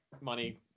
money